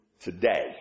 today